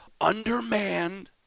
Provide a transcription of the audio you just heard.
undermanned